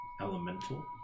elemental